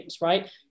right